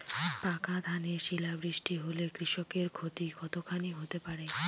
পাকা ধানে শিলা বৃষ্টি হলে কৃষকের ক্ষতি কতখানি হতে পারে?